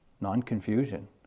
non-confusion